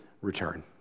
return